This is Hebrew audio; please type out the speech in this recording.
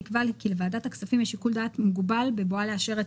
נקבע כי לוועדת הכספים יש שיקול דעת מוגבל בבואה לאשר את